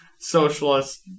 socialist